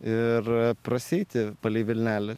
ir prasieiti palei vilnelę